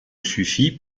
suffit